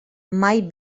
mai